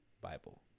Bible